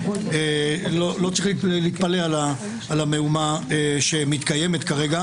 לא צריך להתפלא על המהומה שיש כרגע.